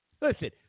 Listen